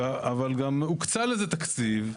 אבל גם הוקצה לזה תקציב.